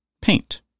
paint